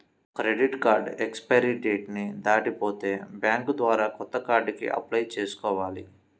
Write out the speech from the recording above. credit card expiry date ని దాటిపోతే bank ద్వారా కొత్త కార్డుకి అప్లై చేసుకోవాలి